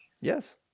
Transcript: Yes